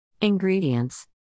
Ingredients